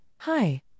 Hi